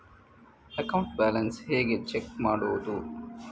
Account balance ಹೇಗೆ check ಮಾಡುವುದು?